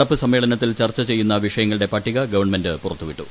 നടപ്പ് സമ്മേളനത്തിൽ ചർച്ച ചെയ്യുന്ന വിഷയങ്ങളുടെ പട്ടിക ഗവൺമെന്റ് പുറത്തുവിട്ടു